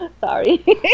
Sorry